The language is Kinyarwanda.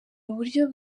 uburyo